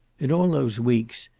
in all those weeks,